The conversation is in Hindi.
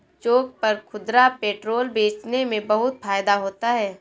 चौक पर खुदरा पेट्रोल बेचने में बहुत फायदा होता है